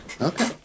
Okay